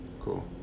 Cool